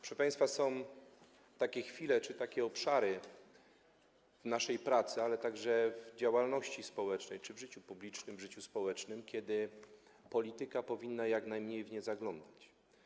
Proszę państwa, są takie chwile czy takie obszary w naszej pracy, ale także w działalności społecznej czy w życiu publicznym, w życiu społecznym, kiedy polityka powinna jak najmniej w nie zaglądać.